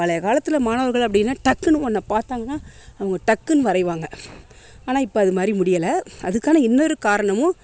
பழைய காலத்தில் மாணவர்கள் அப்படின்னா டக்குனு ஒன்றை பார்த்தாங்கனா அவங்க டக்குன்னு வரைவாங்க ஆனால் இப்போ அதுமாதிரி முடியலை அதுக்கான இன்னொரு காரணமும்